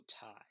tie